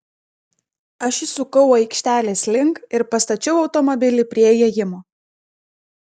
aš įsukau aikštelės link ir pastačiau automobilį prie įėjimo